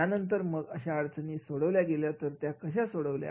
यानंतर जर अशा समस्यासोडवल्या गेल्या तर त्या कशा सोडवल्या